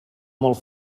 molt